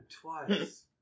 twice